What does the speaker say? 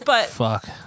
Fuck